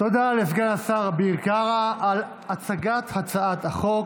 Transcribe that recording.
תודה לסגן השר אביר קרא על הצגת הצעת החוק.